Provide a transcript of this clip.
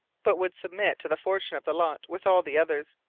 but would submit to the fortune of the lot with all the others.